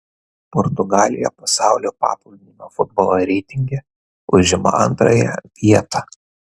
portugalija pasaulio paplūdimio futbolo reitinge užima antrąją vietą